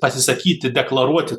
pasisakyti deklaruoti